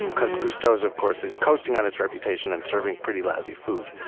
and because gusteau's, of course, is coasting on its reputation and serving pretty lousy food.